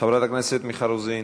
חברת הכנסת מיכל רוזין.